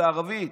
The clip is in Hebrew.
בערבית?